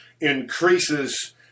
increases